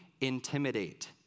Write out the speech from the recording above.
intimidate